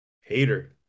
Hater